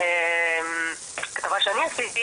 ואז מה שהם עושים,